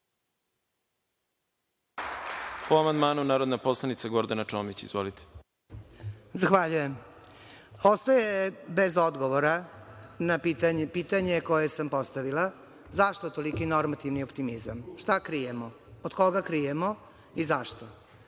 Zahvaljujem. Ostaje bez odgovora pitanje koje sam postavila zašto je toliki normativni optimizam, šta krijemo, od koga krijemo i zašto?